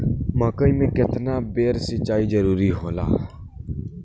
मकई मे केतना बेर सीचाई जरूरी होला?